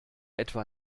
etwa